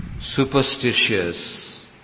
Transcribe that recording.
superstitious